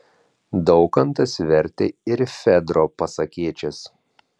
daukantas vertė ir fedro pasakėčias